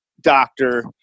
doctor